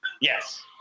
Yes